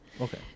Okay